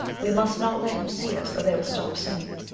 we must not let them see us, or they will stop singing.